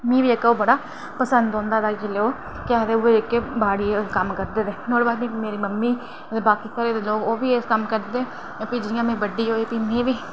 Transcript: ते मिगी बी बड़ा पसंद औंदा हा जेल्लै ओह् केह् आ उ' ऐ जेह्ड़े बाड़ी कम्म करदे ओह् ते ओह्दे बाद मेरी मम्मी ते बाकी घरै दे लोक ओह्बी एह् कम्म करदे हे ते जियां में बड्डी होई ते प्ही में बी